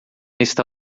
está